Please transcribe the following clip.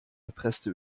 gepresste